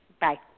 Bye